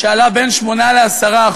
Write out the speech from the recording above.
שעלה בין 8% ל-10%,